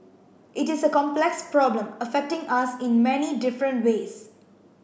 it is a complex problem affecting us in many different ways